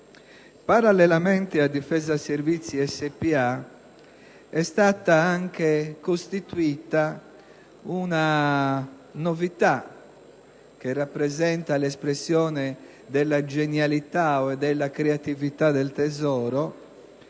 Parallelamente a Difesa Servizi Spa è stata anche promuova un'innovazione, che rappresenta l'espressione della genialità o della creatività del Tesoro,